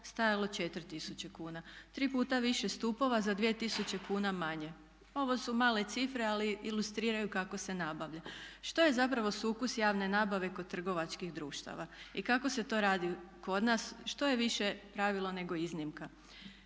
stajalo 4000 kuna. Tri puta više stupova za 2000 kn manje. Ovo su male cifre, ali ilustriraju kako se nabavlja. Što je zapravo sukus javne nabave kod trgovačkih društava i kako se to radi kod nas, što je više pravilo nego iznimka?